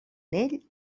ell